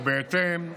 ובהתאם,